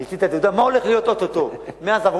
הוציא את התעודה ואמר מה הולך להיות או-טו-טו.